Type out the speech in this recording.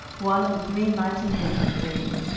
one of the three mighty men with david,